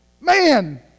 Man